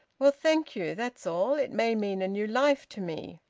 well, thank you. that's all. it may mean a new life to me.